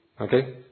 Okay